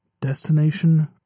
Destination